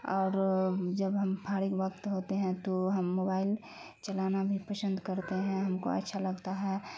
اور جب ہم پھارگ وقت ہوتے ہیں تو ہم موبائل چلانا بھی پشند کرتے ہیں ہم کو اچھا لگتا ہے